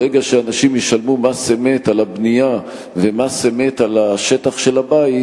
ברגע שאנשים ישלמו מס אמת על הבנייה ומס אמת על השטח של הבית,